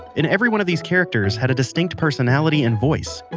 and every one of these characters had a distinct personality and voice.